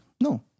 No